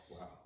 Wow